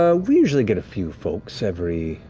ah we usually get a few folks, every,